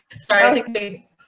sorry